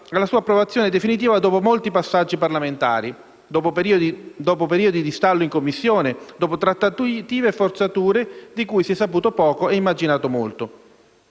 alla sua approvazione definitiva dopo molti passaggi parlamentari, dopo periodi di stallo in Commissione, dopo trattative e forzature di cui si è saputo poco e immaginato molto.